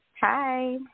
Hi